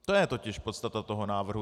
To je totiž podstata toho návrhu.